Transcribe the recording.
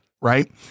right